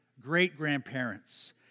great-grandparents